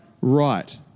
right